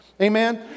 amen